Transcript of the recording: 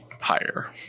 higher